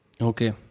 Okay